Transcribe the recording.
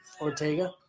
Ortega